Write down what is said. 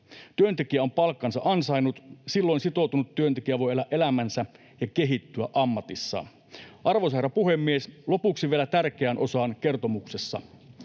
Työntekijä on palkkansa ansainnut. Silloin sitoutunut työntekijä voi elää elämänsä ja kehittyä ammatissaan. Arvoisa herra puhemies! Lopuksi vielä tärkeään osaan kertomuksessa.